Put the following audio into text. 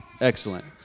Excellent